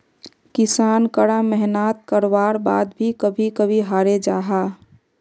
किसान करा मेहनात कारवार बाद भी कभी कभी हारे जाहा